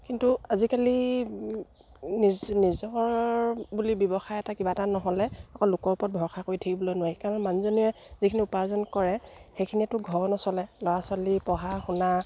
কিন্তু আজিকালি নিজৰ বুলি ব্যৱসায় এটা কিবা এটা নহ'লে অকল লোকৰ ওপৰত ভৰষা কৰি থাকিব নোৱাৰি কাৰণ মানুহজনে যিখিনি উপাৰ্জন কৰে সেইখিনিয়েতো ঘৰ নচলে ল'ৰা ছোৱালী পঢ়া শুনা